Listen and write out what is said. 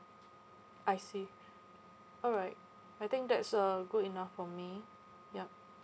okay I see alright I think that's uh good enough for me ya